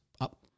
up